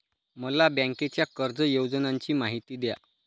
मला बँकेच्या कर्ज योजनांची माहिती द्या